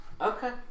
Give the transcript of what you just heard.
Okay